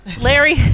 Larry